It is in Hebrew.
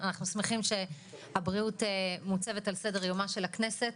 אנחנו שמחים שהבריאות מוצבת על סדר יומה של הכנסת.